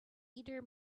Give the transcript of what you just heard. either